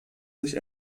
sich